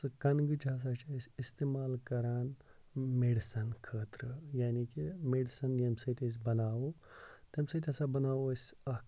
سُہ کَنہٕ گٔچۍ ہسا چھِ أسۍ اِستعمال کران میڈِسن خٲطرٕ یعنے کہِ میڈِسن ییٚمہِ سۭتۍ أسۍ بَناوو تَمہِ سۭتۍ ہسا بَناوو أسۍ اکھ